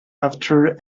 after